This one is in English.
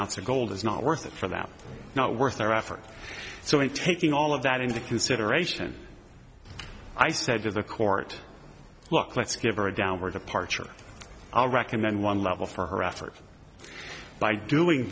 of gold is not worth it for them not worth their effort so in taking all of that into consideration i said to the court look let's give her a downward departure i'll recommend one level for her effort by doing